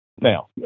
Now